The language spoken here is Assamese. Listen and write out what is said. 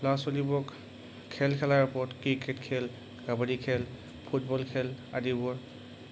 ল'ৰা ছোৱালীবোৰক খেল খেলাৰ ওপৰত ক্ৰিকেট খেল কাবাডী খেল ফুটবল খেল আদিবোৰত